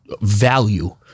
value